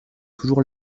toujours